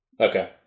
Okay